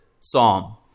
psalm